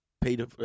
Peter